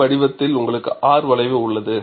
இந்த வடிவத்தில் உங்களுக்கு R வளைவு உள்ளது